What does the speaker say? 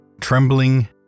Trembling